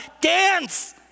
Dance